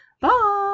bye